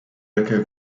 jaké